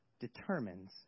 determines